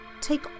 take